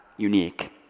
unique